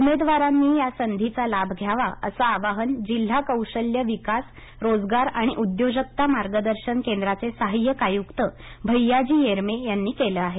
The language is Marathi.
उमेदवारांनी या संधीचा लाभ घ्यावा असं आवाहन जिल्हा कौशल्य विकास रोजगार आणि उद्योजकता मार्गदर्शन केंद्राचे सहाय्यक आयुक्त भेय्याजी येरमे यांनी केलं आहे